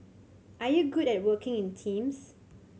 are you good at working in teams